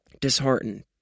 disheartened